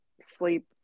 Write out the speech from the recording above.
sleep